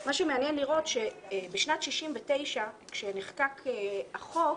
מה שמעניין לראות שבשנת 69, כאשר נחקק החוק